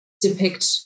depict